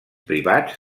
privats